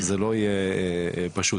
לא יהיה פשוט.